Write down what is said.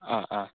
ആ ആ